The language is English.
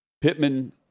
Pittman